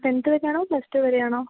tenth വരെയാണോ plus two വരെയാണോ